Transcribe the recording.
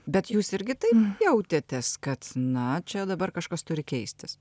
bet jūs irgi taip jautėtės kad na čia dabar kažkas turi keistis